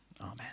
Amen